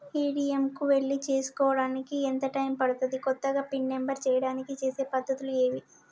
ATM కు వెళ్లి చేసుకోవడానికి ఎంత టైం పడుతది? కొత్తగా పిన్ నంబర్ చేయడానికి చేసే పద్ధతులు ఏవి?